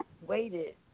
waited